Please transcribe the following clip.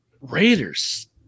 Raiders